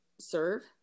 serve